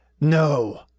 No